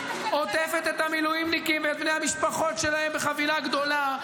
עוטפת את המילואימניקים ואת בני המשפחות שלהם בחבילה גדולה,